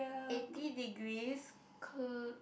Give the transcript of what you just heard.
eighty degrees cool